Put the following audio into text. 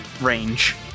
Range